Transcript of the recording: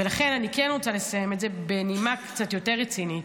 ולכן אני רוצה לסיים את זה בנימה קצת יותר רצינית.